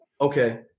Okay